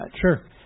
Sure